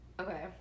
Okay